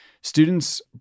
students